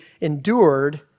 endured